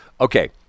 Okay